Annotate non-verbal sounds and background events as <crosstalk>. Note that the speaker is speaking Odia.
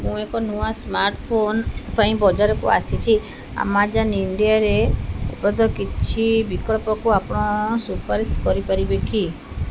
ମୁଁ ଏକ ନୂଆ ସ୍ମାର୍ଟ ଫୋନ ପାଇଁ ବଜାରକୁ ଆସିଛି ଆମାଜନ୍ ଇଣ୍ଡିଆରେ <unintelligible> କିଛି ବିକଳ୍ପକୁ ଆପଣ ସୁପାରିଶ କରିପାରିବେ କି